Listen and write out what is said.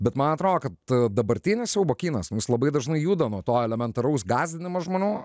bet man atrodo kad dabartinis siaubo kinas nu jis labai dažnai juda nuo to elementaraus gąsdinamo žmonių